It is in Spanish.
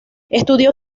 estudió